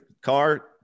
car